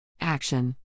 action